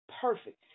perfect